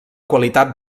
qualitat